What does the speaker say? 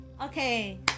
Okay